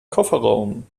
kofferraum